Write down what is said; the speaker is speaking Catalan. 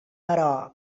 però